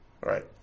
Right